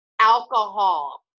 alcohol